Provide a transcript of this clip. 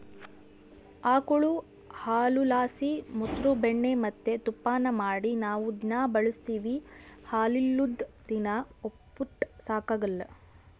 ಆಕುಳು ಹಾಲುಲಾಸಿ ಮೊಸ್ರು ಬೆಣ್ಣೆ ಮತ್ತೆ ತುಪ್ಪಾನ ಮಾಡಿ ನಾವು ದಿನಾ ಬಳುಸ್ತೀವಿ ಹಾಲಿಲ್ಲುದ್ ದಿನ ಒಪ್ಪುಟ ಸಾಗಕಲ್ಲ